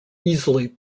easily